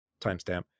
timestamp